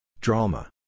Drama